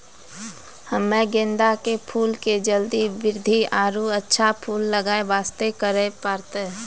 हम्मे गेंदा के फूल के जल्दी बृद्धि आरु अच्छा फूल लगय वास्ते की करे परतै?